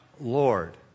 Lord